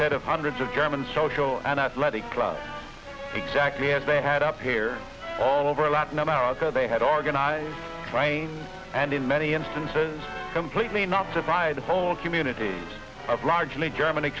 said of hundreds of german social an athletic club exactly as they had up here all over latin america they had organized crime and in many instances completely not surprised the whole community of largely german